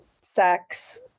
sex